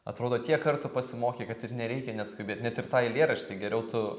atrodo tiek kartų pasimokei kad ir nereikia net skubėt net ir tą eilėraštį geriau tu